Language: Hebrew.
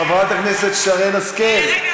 חברת הכנסת שרן השכל,